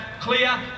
clear